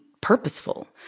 purposeful